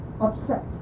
upset